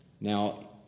Now